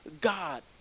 God